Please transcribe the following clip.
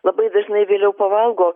labai dažnai vėliau pavalgo